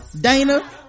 Dana